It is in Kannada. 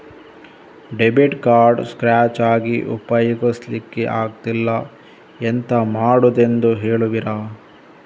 ಡೆಬಿಟ್ ಕಾರ್ಡ್ ಸ್ಕ್ರಾಚ್ ಆಗಿ ಉಪಯೋಗಿಸಲ್ಲಿಕ್ಕೆ ಆಗ್ತಿಲ್ಲ, ಎಂತ ಮಾಡುದೆಂದು ಹೇಳುವಿರಾ?